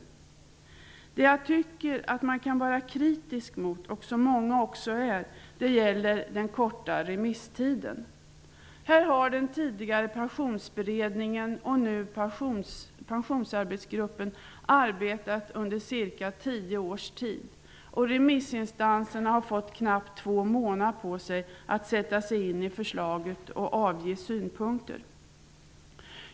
Det som jag tycker att man kan vara kritisk mot -- många är det också -- är den korta remisstiden. Den tidigare pensionsberedningen och nu Pensionsarbetsgruppen har arbetat under cirka tio års tid. Remissinstanserna har fått knappt två månader på sig för att sätta sig in i förslaget och avge synpunkter.